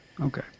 Okay